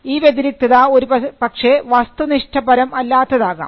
ഈ വ്യതിരിക്തത ഒരുപക്ഷേ വസ്തുനിഷ്ഠപരം അല്ലാത്തതാകാം